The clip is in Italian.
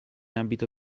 abito